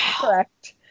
Correct